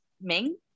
Ming